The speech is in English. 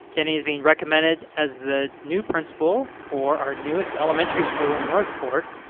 jenny is being recommended as the new principal for our newest elementary school in north fork.